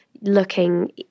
looking